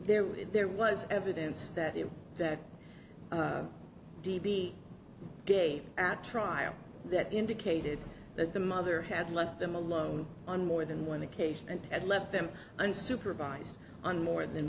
were there was evidence that it that day at trial that indicated that the mother had left them alone on more than one occasion and left them unsupervised on more than